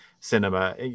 cinema